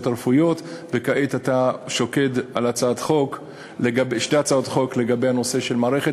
הרפואיות וכעת אתה שוקד על שתי הצעות חוק לגבי הנושא של מערכת